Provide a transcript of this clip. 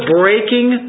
breaking